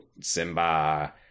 Simba